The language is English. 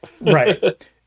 Right